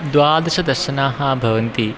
द्वादशदर्शनानि भवन्ति